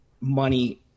money